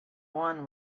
one